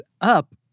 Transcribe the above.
up